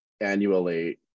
annually